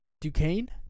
Duquesne